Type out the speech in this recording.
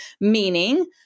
meaning